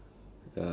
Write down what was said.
ya